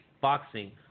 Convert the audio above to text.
boxing